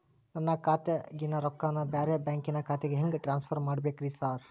ನನ್ನ ಖಾತ್ಯಾಗಿನ ರೊಕ್ಕಾನ ಬ್ಯಾರೆ ಬ್ಯಾಂಕಿನ ಖಾತೆಗೆ ಹೆಂಗ್ ಟ್ರಾನ್ಸ್ ಪರ್ ಮಾಡ್ಬೇಕ್ರಿ ಸಾರ್?